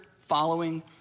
following